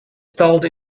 stalled